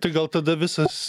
tai gal tada visas